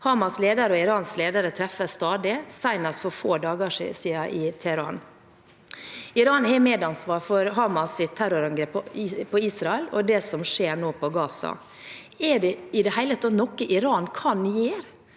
Hamas’ leder og Irans ledere treffes stadig, senest for få dager siden i Teheran. Iran har medansvar for Hamas’ terrorangrep på Israel og det som skjer nå i Gaza. Er det i det hele